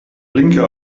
blinker